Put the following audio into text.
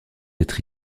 être